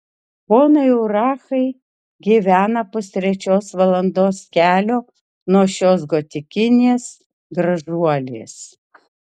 ponai urachai gyvena pustrečios valandos kelio nuo šios gotikinės gražuolės